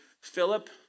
Philip